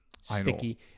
sticky